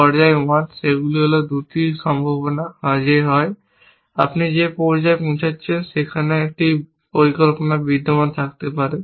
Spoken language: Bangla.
পর্যায় 1 সেগুলি হল 2টি সম্ভাবনা যে হয় আপনি সেই পর্যায়ে পৌঁছেছেন যেখানে একটি পরিকল্পনা বিদ্যমান থাকতে পারে